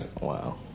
Wow